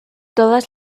todas